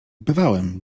bywałem